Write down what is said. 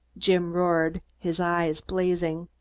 jim roared, his eyes blazing.